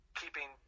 keeping